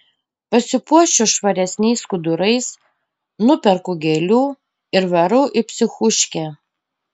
pasipuošiu švaresniais skudurais nuperku gėlių ir varau į psichuškę